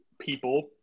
people